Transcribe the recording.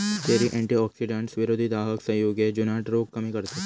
cherry antioxidants, विरोधी दाहक संयुगे, जुनाट रोग कमी करतत